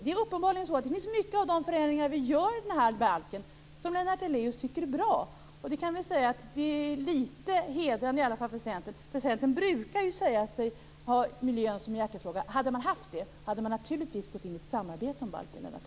Det är uppenbarligen så att många av de förändringar som vi gör i den här balken tycker Lennart Daléus är bra. Och jag kan säga att det i alla fall är litet hedrande för Centern, eftersom Centern brukar säga sig ha miljön som en hjärtefråga. Om man hade haft det hade man naturligtvis gått in i ett samarbete om balken, Lennart